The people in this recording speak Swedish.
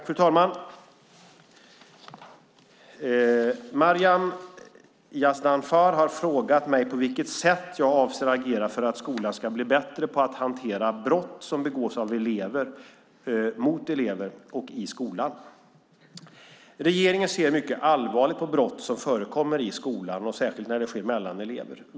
Fru talman! Maryam Yazdanfar har frågat mig på vilket sätt jag avser att agera för att skolan ska bli bättre på att hantera brott som begås av elever, mot elever och i skolan. Regeringen ser mycket allvarligt på brott som förekommer i skolan, särskilt när det sker mellan elever.